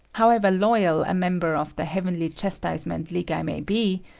however loyal a member of the heavenly-chastisement league i may be,